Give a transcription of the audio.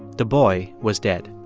the boy was dead.